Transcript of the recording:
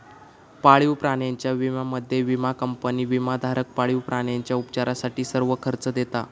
पाळीव प्राण्यांच्या विम्यामध्ये, विमा कंपनी विमाधारक पाळीव प्राण्यांच्या उपचारासाठी सर्व खर्च देता